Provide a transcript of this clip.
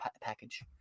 package